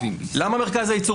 למה מרכז הייצור